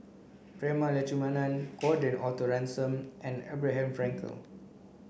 Prema Letchumanan Gordon Arthur Ransome and Abraham Frankel